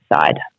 side